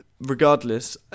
regardless